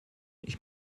ich